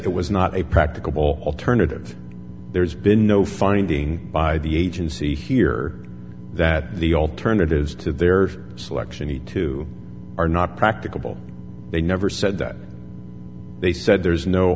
it was not a practicable alternative there's been no finding by the agency here that the alternatives to their selection need to are not practicable they never said that they said there's no